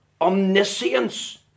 omniscience